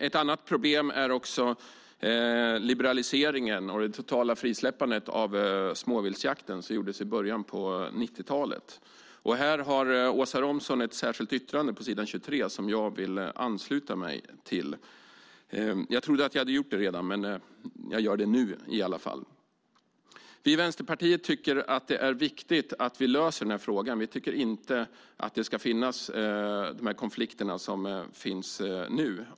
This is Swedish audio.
Ett annat problem är liberaliseringen och det totala frisläppandet av småviltsjakten som skedde i början av 90-talet. Här har Åsa Romson ett särskilt yttrande på s. 23 som jag vill ansluta mig till. Jag trodde att jag redan hade gjort det, men jag gör det nu i alla fall. Vi i Vänsterpartiet tycker att det är viktigt att vi löser den här frågan. Vi tycker inte att de konflikter som finns nu ska finnas.